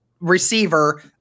receiver